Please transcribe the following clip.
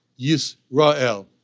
Yisrael